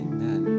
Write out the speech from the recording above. Amen